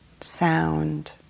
sound